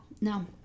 no